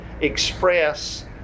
express